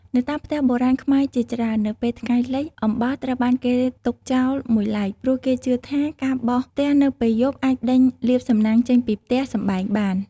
នៅតាមផ្ទះបុរាណខ្មែរជាច្រើន នៅពេលថ្ងៃលិចអំបោសត្រូវបានគេទុកចោលមួយឡែក ព្រោះគេជឿថា ការបោសផ្ទះនៅពេលយប់អាចដេញលាភសំណាងចេញពីផ្ទះសម្បែងបាន។